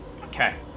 Okay